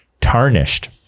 tarnished